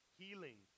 healing